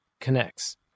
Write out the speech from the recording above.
connects